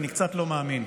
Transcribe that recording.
ואני קצת לא מאמין.